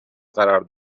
قرار